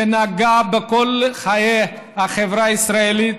שנגע בכל חיי החברה הישראלית,